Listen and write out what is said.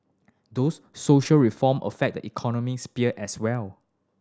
those social reform affect the economy sphere as well